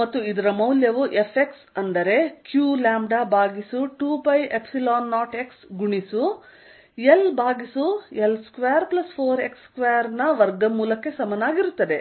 ಮತ್ತು ಇದರ ಮೌಲ್ಯವು Fx ಅಂದರೆ qλ ಭಾಗಿಸು 2π0x ಗುಣಿಸು L ಭಾಗಿಸು L24x2 ರ ವರ್ಗಮೂಲ ಗೆ ಸಮನಾಗಿರುತ್ತದೆ